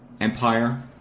Empire